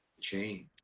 change